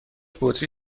بطری